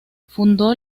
fundó